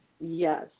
Yes